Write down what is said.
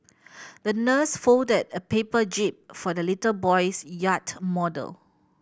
the nurse folded a paper jib for the little boy's yacht model